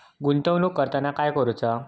गुंतवणूक करताना काय करुचा?